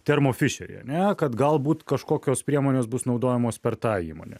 termo fišerį ane kad galbūt kažkokios priemonės bus naudojamos per tą įmonę